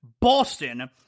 Boston